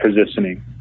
positioning